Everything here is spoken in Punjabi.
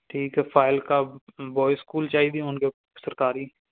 ਠੀਕ ਹੈ ਫਾਜ਼ਿਲਕਾ ਬੋਇ ਸਕੂਲ ਚਾਹੀਦੀਆਂ ਹੋਣਗੀਆਂ ਸਰਕਾਰੀ